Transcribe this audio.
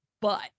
but-